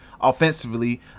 offensively